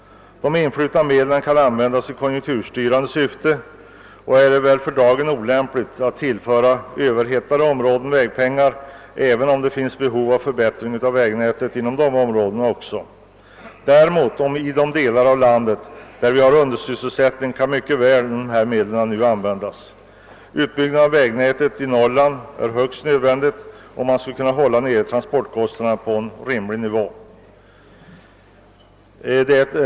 De influtna medlen skall användas i konjunkturstyrande syfte. För dagen är det väl olämpligt att tillföra överhettade områden vägpengar, även om det finns behov av en förbättring av vägnätet också inom dessa områden. I de delar av landet där det råder undersysselsättning kan däremot dessa medel mycket väl användas nu. En utbyggnad av vägnätet i Norrland är högst nödvändig om man skall kunna hålla transportkostnaderna nere på en rimlig nivå.